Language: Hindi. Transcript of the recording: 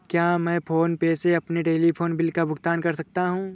क्या मैं फोन पे से अपने टेलीफोन बिल का भुगतान कर सकता हूँ?